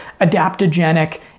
adaptogenic